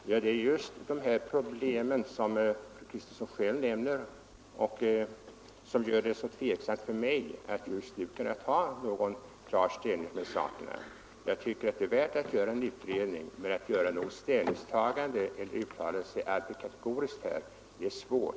Herr talman! Det är just dessa problem som fru Kristensson själv nämner som gör det så tveksamt för mig att nu ta någon klar ställning till frågorna. Jag tycker att det är värt att göra en utredning, men att här ta ställning eller uttala sig alltför kategoriskt på förhand är svårt.